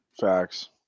Facts